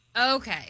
Okay